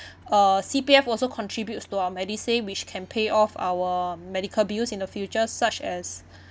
uh C_P_F also contributes to our medisave which can pay off our medical bills in the future such as